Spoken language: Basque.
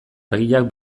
argiak